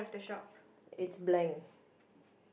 it's blank